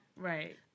Right